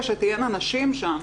שברגע שתהיינה נשים שם,